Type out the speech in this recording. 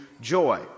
joy